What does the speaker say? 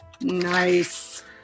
Nice